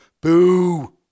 Boo